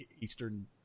Eastern